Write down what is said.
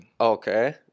Okay